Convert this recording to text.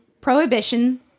prohibition